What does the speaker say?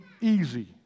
easy